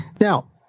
Now